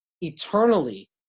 eternally